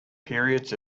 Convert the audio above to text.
periods